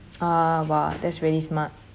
ah !wah! that's really smart